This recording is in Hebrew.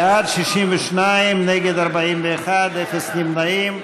62, נגד, 41, אין נמנעים.